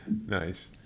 Nice